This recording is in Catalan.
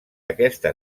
aquesta